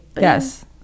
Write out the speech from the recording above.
Yes